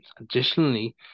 Additionally